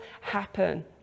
happen